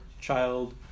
child